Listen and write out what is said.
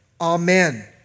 Amen